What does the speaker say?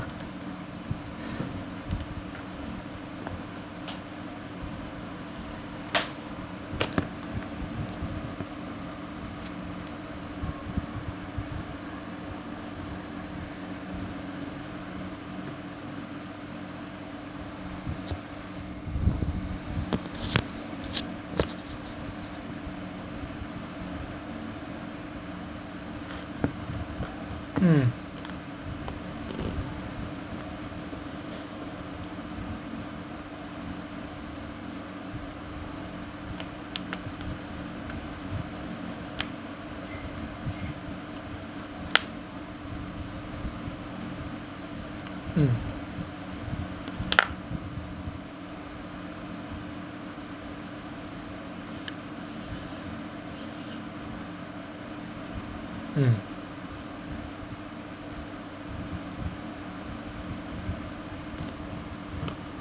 mm mm mm